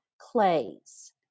clays